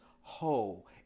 whole